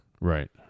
right